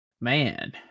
man